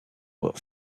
but